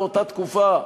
באותה תקופה,